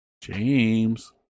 James